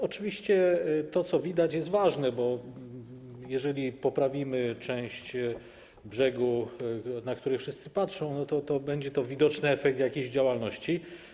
Oczywiście to, co widać, jest ważne, bo jeżeli poprawimy część brzegu, na który wszyscy patrzą, to będzie to widoczny efekt jakiejś działalności.